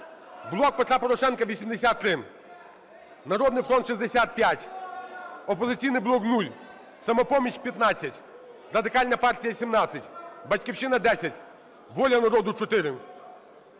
"Блок Петра Порошенка" – 83, "Народний фронт" – 65, "Опозиційний блок" – 0, "Самопоміч" – 15, Радикальна партія – 17, "Батьківщина" – 10, "Воля народу" – 4,